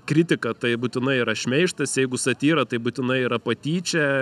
kritika tai būtinai yra šmeižtas jeigu satyra tai būtinai yra patyčia